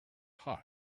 hot